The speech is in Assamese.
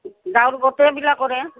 ডাৱৰ বতৰবিলাকে কৰে